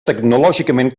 tecnològicament